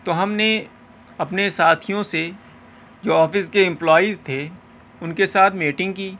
تو ہم نے اپنے ساتھیوں سے جو آفس کے امپلائز تھے ان کے ساتھ میٹنگ کی